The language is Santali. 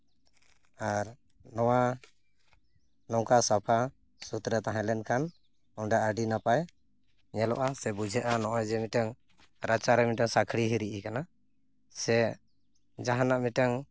ᱟᱨ ᱱᱚᱣᱟ ᱱᱚᱝᱠᱟ ᱥᱟᱯᱷᱟ ᱥᱩᱛᱨᱟᱹ ᱛᱟᱦᱮᱸ ᱞᱮᱱᱠᱷᱟᱱ ᱚᱸᱰᱮ ᱟᱹᱰᱤ ᱱᱟᱯᱟᱭ ᱧᱮᱞᱚᱜᱼᱟ ᱥᱮ ᱵᱩᱡᱷᱟᱹᱜᱼᱟ ᱱᱚᱜᱼᱚᱭ ᱡᱮ ᱢᱤᱫᱴᱟᱹᱝ ᱨᱟᱪᱟᱨᱮ ᱢᱤᱫᱴᱟᱝ ᱥᱟᱹᱠᱲᱤ ᱦᱤᱨᱤᱡ ᱟᱠᱟᱱᱟ ᱥᱮ ᱡᱟᱦᱟᱱᱟᱜ ᱢᱤᱫᱴᱟᱝ